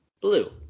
blue